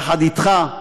יחד אתך,